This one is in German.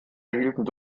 erhielten